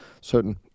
certain